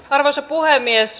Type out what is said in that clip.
arvoisa puhemies